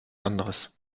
anderes